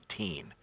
18